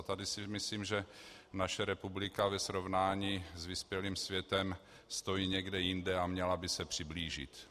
A tady si myslím, že naše republika ve srovnání s vyspělým světem stojí někde jinde a měla by se přiblížit.